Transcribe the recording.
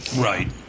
right